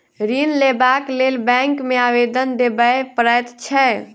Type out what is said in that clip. ऋण लेबाक लेल बैंक मे आवेदन देबय पड़ैत छै